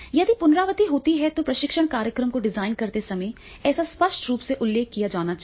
यदि पुनरावृत्ति होती है तो प्रशिक्षण कार्यक्रम को डिज़ाइन करते समय इसका स्पष्ट रूप से उल्लेख किया जाना चाहिए